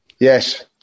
yes